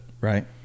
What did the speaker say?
right